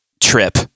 trip